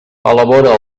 elabora